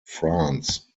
france